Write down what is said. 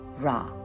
Ra